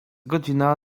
godzina